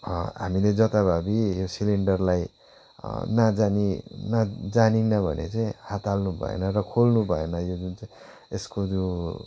हामीले जथाभावी यो सेलेन्डरलाई नजानी जानिएन भने चाहिँ हात हाल्नुभएन र खोल्नुभएन यो जुन चाहिँ यसको जो